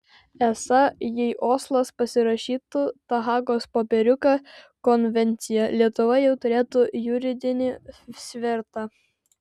esą jei oslas pasirašytų tą hagos popieriuką konvenciją lietuva jau turėtų juridinį svertą